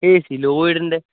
ഏ സി ലോയിഡിന്റെ